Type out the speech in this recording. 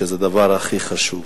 שזה דבר הכי חשוב.